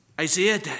Isaiah